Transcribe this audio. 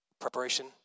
Preparation